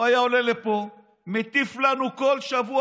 הוא היה עולה לפה, מטיף לנו כל שבוע.